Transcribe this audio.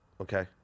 Okay